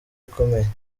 ikomeye